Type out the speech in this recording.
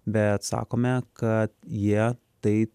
bet sakome kad jie tai